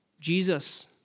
Jesus